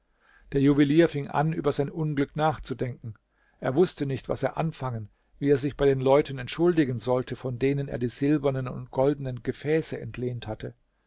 der juwelier fing an über sein unglück nachzudenken er wußte nicht was er anfangen wie er sich bei den leuten entschuldigen sollte von denen er die silbernen und goldenen gefäße entlehnt hatte